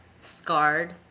scarred